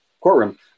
courtroom